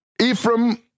Ephraim